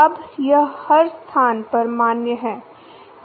अब यह हर स्थान पर मान्य है